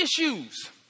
issues